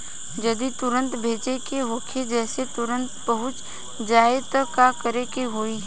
जदि तुरन्त भेजे के होखे जैसे तुरंत पहुँच जाए त का करे के होई?